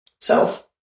self